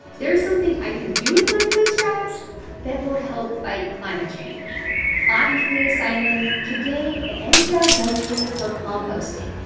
there is something i can do with my food scraps that will help fight climate change i'm julia simon. today, the npr life kit for composting.